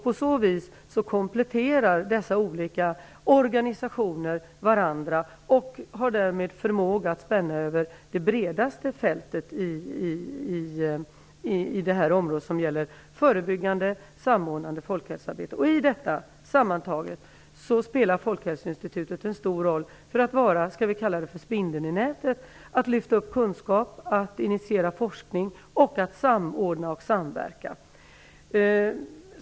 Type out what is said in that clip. På så vis kompletterar dessa olika organisationer varandra och har därmed förmåga att spänna över det bredaste fältet på detta område. Det handlar om förebyggande och samordnande folkhälsoarbete. Folkhälsoinstitutet spelar här en stor roll som spindeln i nätet. Institutet tar fram kunskap, initierar forskning, samordnar verksamheten och samverkar med andra.